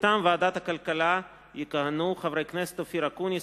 מטעם ועדת הכלכלה יכהנו חברי הכנסת אופיר אקוניס,